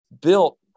built